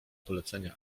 polecenia